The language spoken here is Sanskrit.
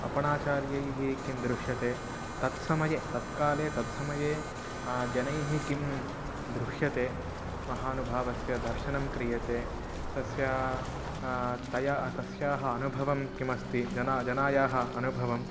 अपणाचार्यैः किं दृश्यते तत्समये तत्काले तत्समये जनैः किं गृह्यते महानुभावस्य दर्शनं क्रियते तस्य तया तस्याः अनुभवं किमस्ति जनानां जनानाम् अनुभवम्